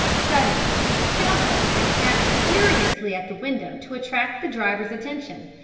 suddenly she jumped up and tapped furiously at the window to attract the driver's attention.